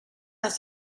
las